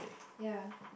ya